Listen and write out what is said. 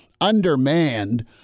undermanned